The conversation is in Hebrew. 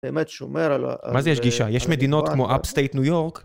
באמת שומר על... מה זה יש גישה? יש מדינות כמו אפסטייט ניו יורק?